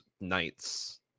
knights